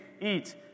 eat